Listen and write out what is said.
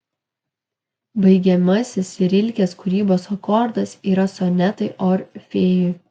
baigiamasis rilkės kūrybos akordas yra sonetai orfėjui